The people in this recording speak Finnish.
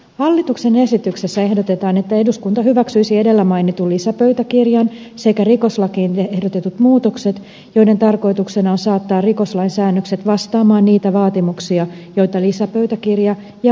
hallituksen esityksessä ehdotetaan että eduskunta hyväksyisi edellä mainitun lisäpöytäkirjan sekä rikoslakiin ehdotetut muutokset joiden tarkoituksena on saattaa rikoslain säännökset vastaamaan niitä vaatimuksia joita lisäpöytäkirja ja puitepäätös asettavat